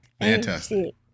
fantastic